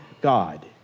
God